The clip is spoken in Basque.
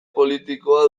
politikoa